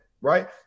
right